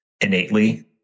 innately